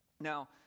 Now